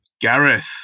Gareth